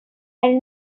elle